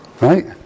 Right